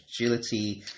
agility